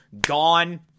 gone